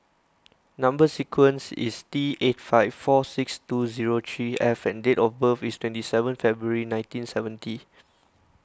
Number Sequence is T eight five four six two zero three F and date of birth is twenty seven February nineteen seventy